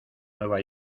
nueva